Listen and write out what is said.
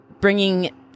bringing